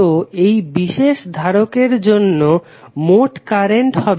তো এই বিশেষ ধারকের জন্য মত কারেন্ট হবে I1 I2